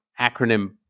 acronym